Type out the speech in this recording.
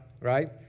right